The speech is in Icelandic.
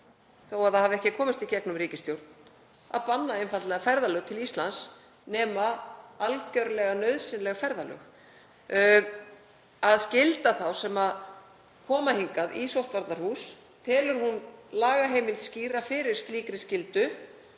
þó að það hafi ekki komist í gegnum ríkisstjórn, að banna einfaldlega ferðalög til Íslands nema algerlega nauðsynleg ferðalög, og skylda þá sem koma hingað í sóttvarnahús? Telur hún lagaheimild skýra fyrir slíkri skyldu?